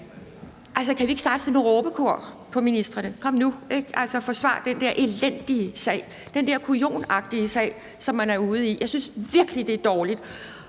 kan vi ikke starte sådan et råbekor efter ministrene og sige: Kom nu, forsvar den der elendige sag, den der kujonagtige sag, som man er ude i. Jeg synes virkelig, det er dårligt.